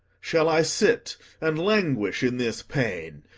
shall i sit and languish in this pain?